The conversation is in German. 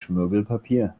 schmirgelpapier